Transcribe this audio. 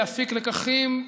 להפיק לקחים,